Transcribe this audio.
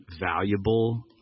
valuable